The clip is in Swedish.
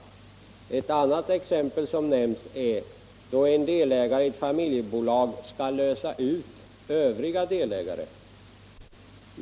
Ett annat exempel som nämnts är den situation som uppstår då en delägare i ett familjebolag skall lösa ut övriga delägare.